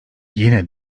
yine